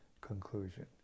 conclusion